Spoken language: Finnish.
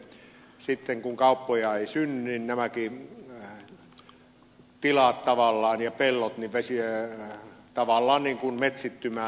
jäävätkö sitten kun kauppoja ei synny nämäkin tilat ja pellot tavallaan niin kuin metsittymään